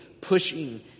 pushing